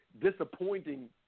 disappointing